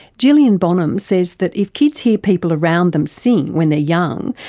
gillian bonham says that if kids hear people around them sing when they're young,